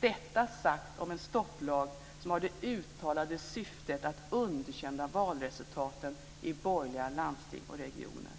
Detta sagt om en stopplag som har det uttalade syftet att underkänna valresultaten i borgerliga landsting och regioner.